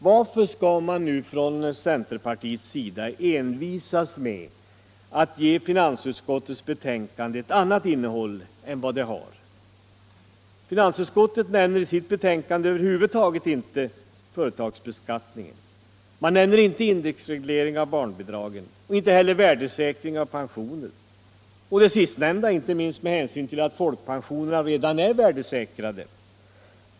Varför skall man nu från centerpartiets sida envisas med att ge finansutskottets betänkande ett annat innehåll än vad det har? Finansutskottet nämner i sitt betänkande inte företagsbeskattningen, inte indexregleringen av barnbidragen och inte heller värdesäkringen av pensioner. Det sistnämnda är värt att notera inte minst med tanke på att folkpensionerna redan är värdesäkrade.